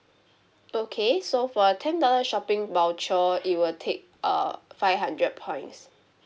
okay so for a ten dollar shopping voucher it will take err five hundred points